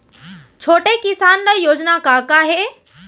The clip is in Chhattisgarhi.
छोटे किसान ल योजना का का हे?